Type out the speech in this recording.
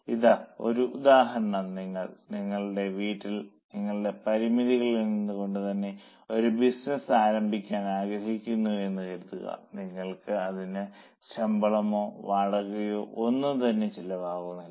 ഇതാ ഒരു ഉദാഹരണം നിങ്ങൾ നിങ്ങളുടെ വീട്ടിൽ നിങ്ങളുടെ പരിമിതികളിൽ നിന്നുകൊണ്ട് തന്നെ ഒരു ബിസിനസ്സ് ആരംഭിക്കാൻ ആഗ്രഹിക്കുന്നുവെന്ന് കരുതുക നിങ്ങൾക്ക് അതിന് ശമ്പളമോ വാടകയോ ഒന്നും തന്നെ ചെലവാകുന്നില്ല